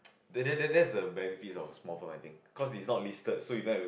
that that that's a benefit of small firm I think cause is not listed so you don't have to